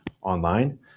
online